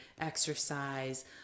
exercise